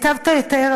היטבת לתאר,